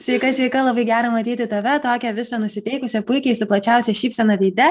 sveika sveika labai gera matyti tave tokią visą nusiteikusią puikiai su plačiausia šypsena veide